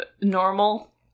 normal